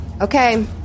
Okay